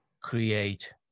create